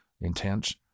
intense